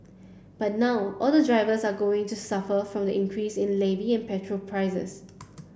but now all the drivers are going to suffer from the increase in levy and petrol prices